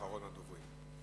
אחרון הדוברים.